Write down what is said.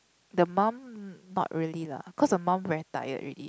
the mom not really lah cause the mom very tired already